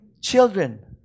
children